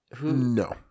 No